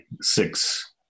six